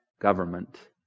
government